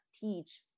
teach